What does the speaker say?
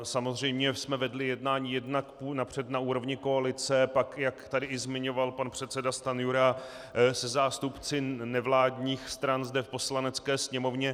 Samozřejmě jsme vedli jednání, jednak napřed na úrovni koalice, pak, jak tady i zmiňoval pan předseda Stanjura, se zástupci nevládních stran zde v Poslanecké sněmovně.